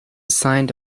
signed